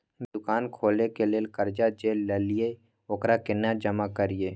दुकान खोले के लेल कर्जा जे ललिए ओकरा केना जमा करिए?